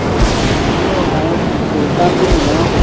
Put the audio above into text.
आ तुमी आयें फुलकान बिनी न्हू